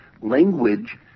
language